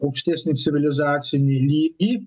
aukštesnį civilizacinį lygį